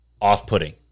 off-putting